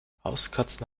hauskatzen